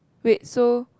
wait so